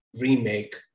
remake